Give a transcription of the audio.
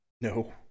No